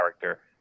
character